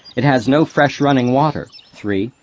it has no fresh running water. three.